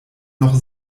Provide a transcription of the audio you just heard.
noch